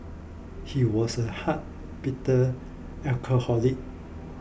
he was a hard bitter alcoholic